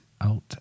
out